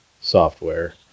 Software